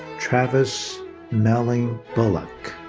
travis melling bulloch.